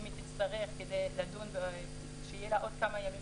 היא תצטרך כדי שיהיו לה עוד כמה לדון.